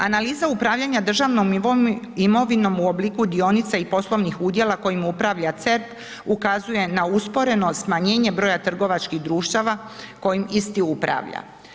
Analiza upravljanja državnom imovinom u obliku dionica i poslovnih udjela kojim upravlja CERP ukazuje na usporeno smanjenje broja trgovačkih društava kojim isti upravlja.